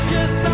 Yes